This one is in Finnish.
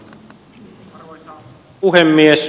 arvoisa puhemies